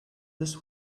this